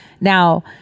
Now